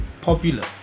popular